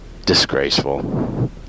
disgraceful